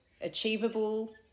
Achievable